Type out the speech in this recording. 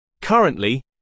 Currently